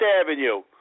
Avenue